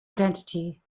identity